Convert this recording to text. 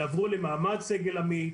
יעברו למעמד סגל עמית,